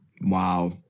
Wow